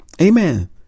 Amen